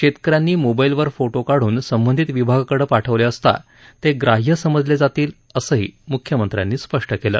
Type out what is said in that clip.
शेतक यांनी मोबाईलवर फोटो काढुन संबंधित विभागाकडे पाठवला असता ते ग्राह्य समजले जातील असंही मुख्यमंत्र्यांनी स्पष्ट केलं